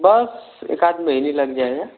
बस एक आध महीना लग जाएगा